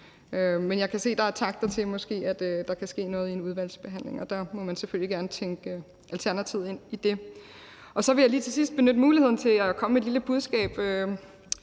Men jeg kan se, der måske er takter til, at der kan ske noget i en udvalgsbehandling, og der må man selvfølgelig gerne tænke Alternativet ind i det. Så vil jeg lige til sidst benytte lejligheden til at komme med et lille budskab,